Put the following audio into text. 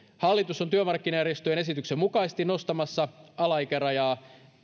hallitus on työmarkkinajärjestöjen esityksen mukaisesti nostamassa alaikärajaa